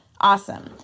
awesome